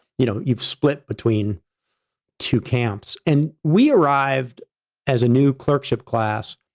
you know, you've split between two camps. and we arrived as a new clerkship class,